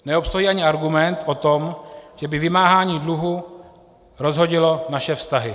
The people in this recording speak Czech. Neobstojí ani argument o tom, že by vymáhání dluhu rozhodilo naše vztahy.